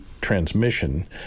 transmission